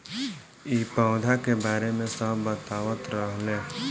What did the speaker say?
इ पौधा के बारे मे सब बतावत रहले